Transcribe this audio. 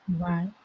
Right